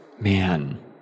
Man